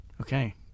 Okay